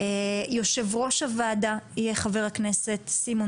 יושב ראש הוועדה יהיה חבר הכנסת סימון